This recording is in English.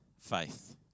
faith